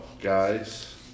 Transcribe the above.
guys